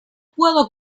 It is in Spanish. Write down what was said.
puedo